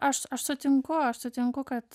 aš aš sutinku aš sutinku kad